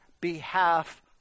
behalf